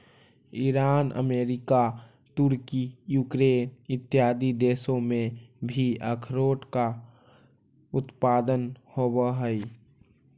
Iran America तुर्की Ukraine इत्यादि देशों में भी अखरोट का उत्पादन होवअ हई